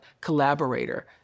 collaborator